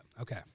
Okay